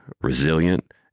resilient